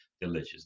delicious